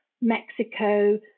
Mexico